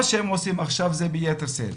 מה שהם עושים עכשיו זה ביתר שאת.